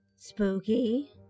Spooky